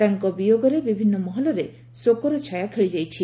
ତାଙ୍କ ବିୟୋଗରେ ବିଭିନ୍ ମହଲରେ ଶୋକର ଛାୟା ଖେଳିଯାଇଛି